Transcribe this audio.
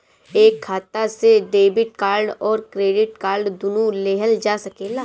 एक खाता से डेबिट कार्ड और क्रेडिट कार्ड दुनु लेहल जा सकेला?